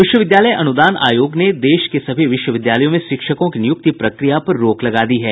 विश्वविद्यालय अनुदान आयोग ने देश के सभी विश्वविद्यालयों में शिक्षकों की नियुक्ति प्रक्रिया पर रोक लगा दी है